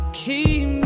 keep